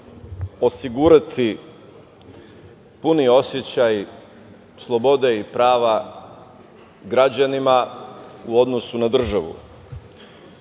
osigurati puni osećaj slobode i prava građanima u odnosu na državu. Jasno